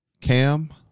Cam